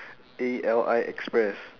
A L I express